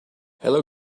hello